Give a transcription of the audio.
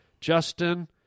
Justin